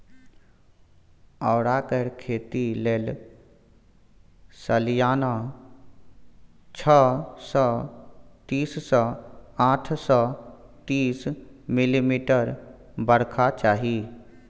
औरा केर खेती लेल सलियाना छअ सय तीस सँ आठ सय तीस मिलीमीटर बरखा चाही